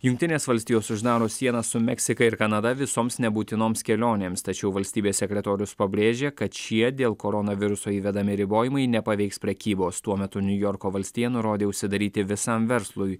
jungtinės valstijos uždaro sieną su meksika ir kanada visoms nebūtinoms kelionėms tačiau valstybės sekretorius pabrėžė kad šie dėl koronaviruso įvedami ribojimai nepaveiks prekybos tuo metu niujorko valstija nurodė užsidaryti visam verslui